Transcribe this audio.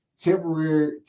Temporary